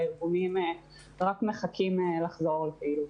הארגונים רק מחכים לחזור לפעילות.